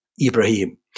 Ibrahim